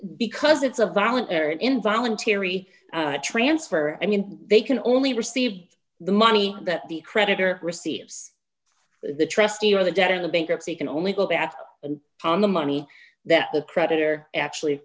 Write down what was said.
because it's a voluntary or involuntary transfer i mean they can only receive the money that the creditor receives the trustee or the debt in the bankruptcy can only go back and the money that the creditor actually